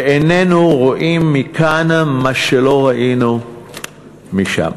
ואיננו רואים מכאן מה שלא ראינו משם,